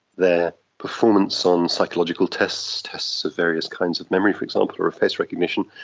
their performance on psychological tests, tests of various kinds of memory, for example, or of face recognition,